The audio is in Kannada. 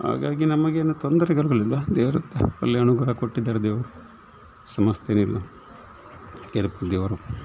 ಹಾಗಾಗಿ ನಮಗೆ ಏನು ತೊಂದರೆಗಳು ಇಲ್ಲ ದೇವರು ಒಳ್ಳೆ ಅನುಗ್ರಹ ಕೊಟ್ಟಿದ್ದಾರೆ ದೇವರು ಸಮಸ್ಯೆನಿಲ್ಲ ದೇವರು